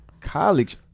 college